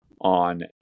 on